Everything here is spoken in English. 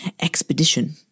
Expedition